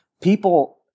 people –